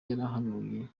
yarahanuye